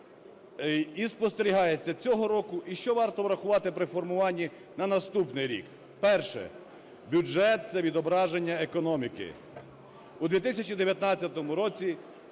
і спостерігається цього року, і що варто врахувати при формуванні на наступний рік. Перше. Бюджет – це відображення економіки. У 2019 році